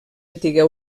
antiga